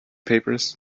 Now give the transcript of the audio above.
papers